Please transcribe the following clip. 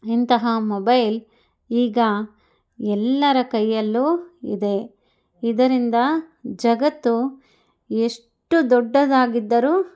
ಇಂತಹ ಮೊಬೈಲ್ ಈಗ ಎಲ್ಲರ ಕೈಯಲ್ಲು ಇದೆ ಇದರಿಂದ ಜಗತ್ತು ಎಷ್ಟು ದೊಡ್ಡದಾಗಿದ್ದರೂ